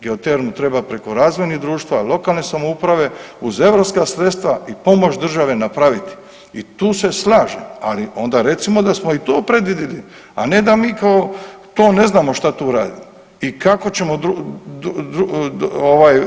Geotermu treba preko razvojnih društava, lokalne samouprave uz Europska sredstva i pomoć Države napraviti i tu se slažem, ali onda recimo da smo i to predvidjeli, a ne da mi kao to ne znamo što tu radimo i kako ćemo